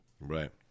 Right